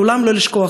לעולם לא לשכוח,